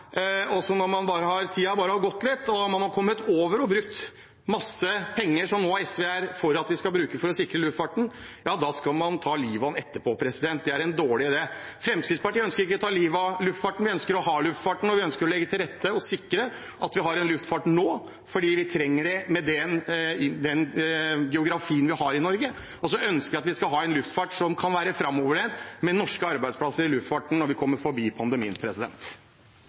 og man har kommet over å bruke så mye penger – som SV nå er for at vi skal bruke for å sikre luftfarten – ja, da skal man ta livet av hesten. Det er en dårlig idé. Fremskrittspartiet ønsker ikke å ta livet av luftfarten. Vi ønsker å ha luftfarten, og vi ønsker å legge til rette for og sikre at vi har en luftfart nå, for vi trenger det med den geografien vi har i Norge. Vi ønsker også at vi skal ha en luftfart som kan være framoverlent, med norske arbeidsplasser i luftfarten når vi kommer forbi pandemien.